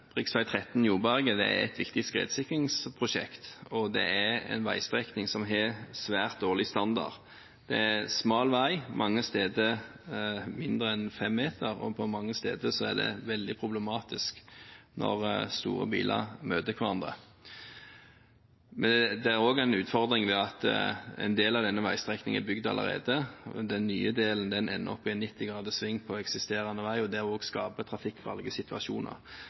Rv. 13 Joberget er et viktig skredsikringsprosjekt og en veistrekning som har svært dårlig standard. Det er smal vei – mange steder smalere enn 5 meter. Mange steder er det veldig problematisk når store biler møter hverandre. Det er også en utfordring med at en del av denne veistrekningen allerede er bygd. Den nye delen ender i en 90°-sving på eksisterende vei, og det skaper trafikkfarlige situasjoner. Derfor er det viktig at vi kommer oss videre og